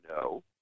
No